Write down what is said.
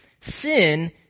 Sin